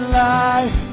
life